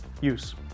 use